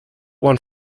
one